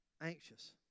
anxious